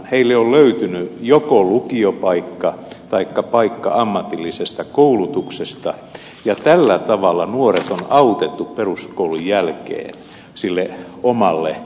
heille on löytynyt joko lukiopaikka taikka paikka ammatillisesta koulutuksesta ja tällä tavalla nuoret on autettu peruskoulun jälkeen sille omalle jatkopolulle